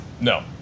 No